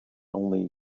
only